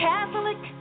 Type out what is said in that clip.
Catholic